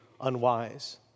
unwise